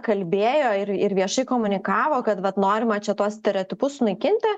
kalbėjo ir ir viešai komunikavo kad vat norima čia tuos stereotipus sunaikinti